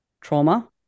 trauma